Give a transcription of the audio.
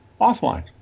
offline